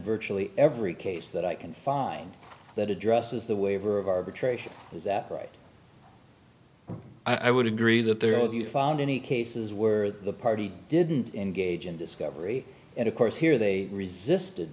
virtually every case that i can find that addresses the waiver of arbitration is that right i would agree that there have you found any cases where the party didn't engage in discovery and of course here they resisted